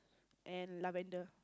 and Lavender